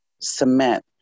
cement